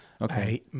Okay